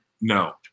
No